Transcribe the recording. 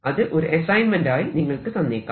അത് ഒരു അസൈൻമെന്റ് ആയി നിങ്ങൾക്ക് തന്നേക്കാം